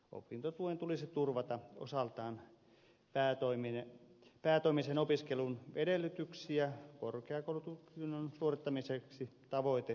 opintotuen tulisi osaltaan turvata päätoimisen opiskelun edellytyksiä korkeakoulututkinnon suorittamiseksi tavoiteajassa